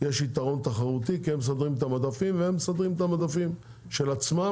יש יתרון תחרותי כי הם מסדרים את המדפים של עצמם,